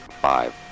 five